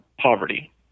poverty